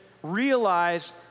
Realize